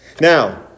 Now